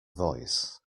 voice